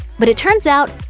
but it turns out,